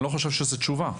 אני לא חושב שזאת תשובה,